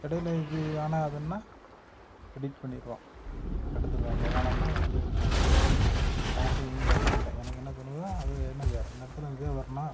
இடைல இது ஆனால் வேணா எடிட் பண்ணிலாம் எடுத்துடுவேன் அதை வேணாம்னால் தூக்கிடுவேன் யார்கிட்டயும் எதுவும் கேட்க மாட்டேன் எனக்கு என்ன தோணுதோ அது என்னது அந்த இடத்துல இதுதான் வரணுன்னா